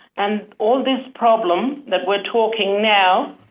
and all this problem that we're talking now,